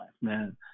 man